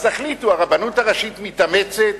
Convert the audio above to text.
אז תחליטו, הרבנות הראשית מתאמצת,